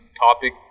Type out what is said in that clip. topic